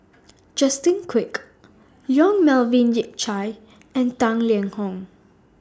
Justin Quek Yong Melvin Yik Chye and Tang Liang Hong